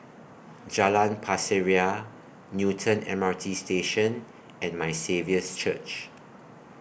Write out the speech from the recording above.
Jalan Pasir Ria Newton M R T Station and My Saviour's Church